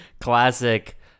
classic